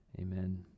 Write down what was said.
Amen